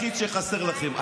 שחסר לכם.